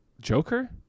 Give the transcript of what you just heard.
Joker